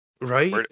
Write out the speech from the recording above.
Right